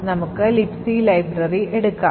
നമുക്ക് Libc library എടുക്കാം